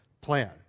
plan